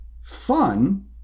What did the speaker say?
Fun